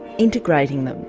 integrating them,